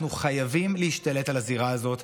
אנחנו חייבים להשתלט על הזירה הזאת.